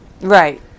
Right